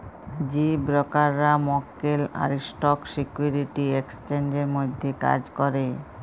যে ব্রকাররা মক্কেল আর স্টক সিকিউরিটি এক্সচেঞ্জের মধ্যে কাজ ক্যরে